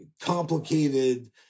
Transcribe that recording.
complicated